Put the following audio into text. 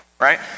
right